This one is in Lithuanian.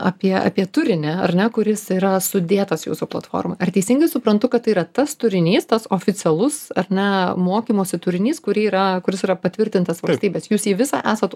apie apie turinį ar ne kuris yra sudėtas jūsų platformoj ar teisingai suprantu kad tai yra tas turinys tas oficialus ar ne mokymosi turinys kurį yra kuris yra patvirtintas valstybės jūs jį visą esat